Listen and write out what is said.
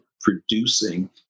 producing